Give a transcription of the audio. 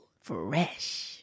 Fresh